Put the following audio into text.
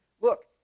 Look